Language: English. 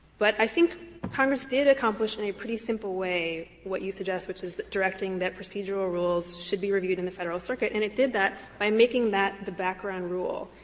but i think congress did accomplish in a pretty simple way what you suggest, which is directing that procedural rules should be reviewed in the federal circuit, and it did that by making that the background rule.